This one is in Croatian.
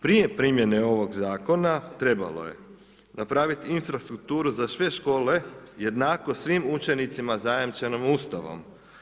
Prije prijeme ovog zakona trebalo je napraviti infrastrukturu za sve škole, jednakost svim učenicima zajamčenom Ustavom.